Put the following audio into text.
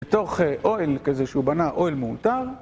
בתוך אוהל כזה שהוא בנה, אוהל מאולתר